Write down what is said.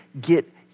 get